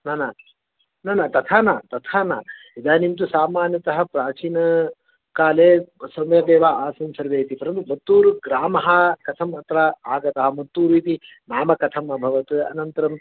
न न न न तथा न तथा न इदानीं तु सामान्यतः प्राचीनकाले सम्यगेव आसन् सर्वेपि परन्तु मत्तूरुग्रामः कथमत्र आगतः मत्तूरु इति नाम कथम् अभवत् अनन्तरम्